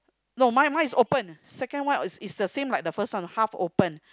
no mine mine is open second one is is the same like the first one half open